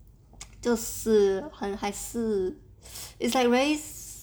就是还是 it's like very